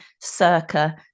circa